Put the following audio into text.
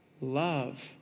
love